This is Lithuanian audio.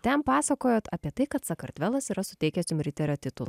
ten pasakojot apie tai kad sakartvelas yra suteikęs jum riterio titulą